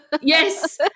Yes